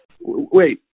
Wait